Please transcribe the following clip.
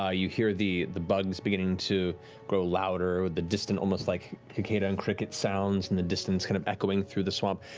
ah you hear the the bugs beginning to grow louder with the distant like cicada and cricket sounds in the distance kind of echoing through the swamp.